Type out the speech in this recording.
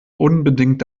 unbedingt